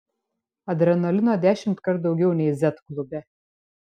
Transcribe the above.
adrenalino dešimtkart daugiau nei z klube